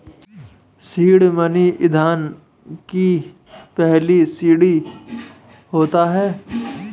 seed money ईंधन की पहली सीढ़ी होता है